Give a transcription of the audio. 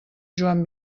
joan